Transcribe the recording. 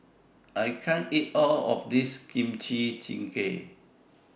I can't eat All of This Kimchi Jjigae